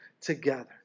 together